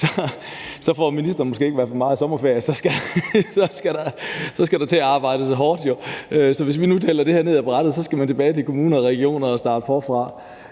Så får ministeren i hvert fald ikke meget sommerferie; så skal der jo til at arbejdes hårdt. Så hvis vi nu taler det her ned ad brættet, skal man tilbage til kommuner og regioner og starte forfra.